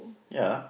ya